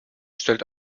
stellt